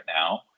now